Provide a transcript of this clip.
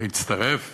להצטרף